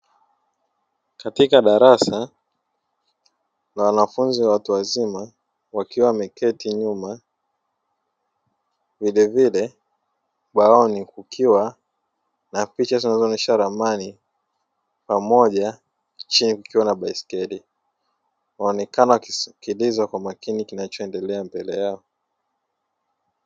Katika darasa la wanafunzi, watu wazima wakiwa wameketi nyuma. Vilevile ubaoni kukiwa na picha zinazonesha ramani pamoja chini kukiwa na baiskeli. Wanaonekana wakisikiliza kwa makini kinachoendelea mbele yao.